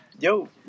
yo